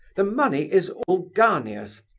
the money is all gania's.